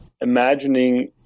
imagining